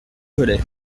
velay